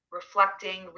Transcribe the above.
reflecting